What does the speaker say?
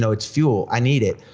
so it's fuel, i need it.